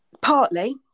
Partly